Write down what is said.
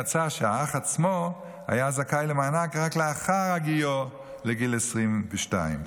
יצא שהאח עצמו היה זכאי למענק רק לאחר הגיעו לגיל 22,